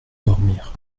dormir